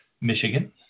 Michigan